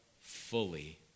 Fully